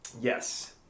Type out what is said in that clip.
Yes